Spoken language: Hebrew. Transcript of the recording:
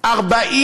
40,